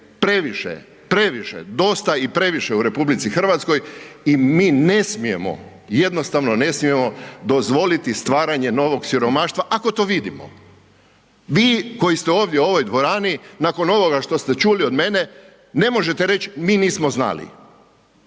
previše, previše, dosta i previše u RH i mi ne smijemo, jednostavno ne smijemo dozvoliti stvaranje novog siromaštva ako to vidimo. Vi koji ste ovdje u ovoj dvorani nakon ovoga što ste čuli od mene ne možete reći mi nismo znali.